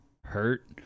hurt